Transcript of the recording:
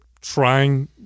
trying